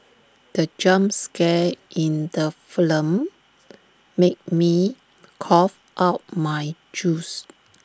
the jump scare in the film made me cough out my juice